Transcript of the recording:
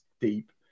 deep